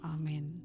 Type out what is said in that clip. Amen